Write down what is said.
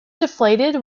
deflated